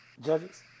Judges